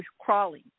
crawling